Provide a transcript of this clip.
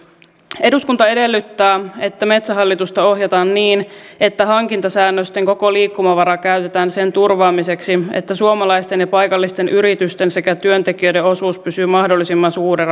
eduskunta edellyttää että metsähallitusta ohjataan niin että hankintasäännösten koko liikkumavara käytetään sen turvaamiseksi että suomalaisten ja paikallisten yritysten sekä työntekijöiden osuus pysyy mahdollisimman suurena